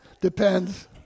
Depends